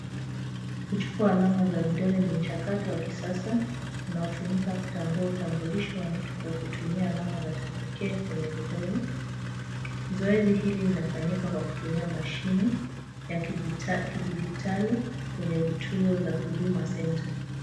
Kuchukua alama za vidole ni mchakato wa kisasa unaotumika kutambua utambulisho wa mtu kutumia alama za kipekee kwenye vidole. Zoezi hili linafanyika kwa kutumia mashini ya kidijitali kwenye vituo za Huduma Center.